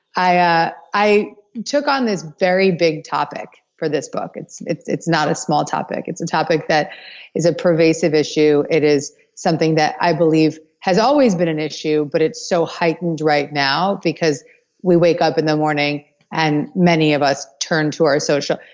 i ah i took on this very big topic for this book, it's it's not a small topic, it's a topic that is a pervasive issue, it is something that i believe has always been an issue but it's so heightened right now because we wake up in the morning and many of us turn to our social.